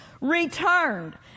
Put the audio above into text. returned